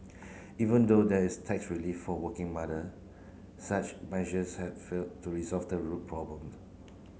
even though there is tax relief for working mother such measures have failed to resolve the root problem